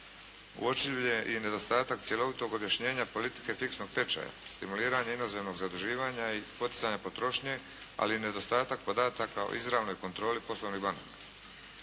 Uočljiv je i nedostatak cjelovitog objašnjenja politike fiksnog tečaja, stimuliranje inozemnog zaduživanja i poticanja potrošnje, ali i nedostatak podataka o izravnoj kontroli poslovnih banaka.